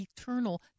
eternal